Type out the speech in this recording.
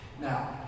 Now